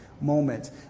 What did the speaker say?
moment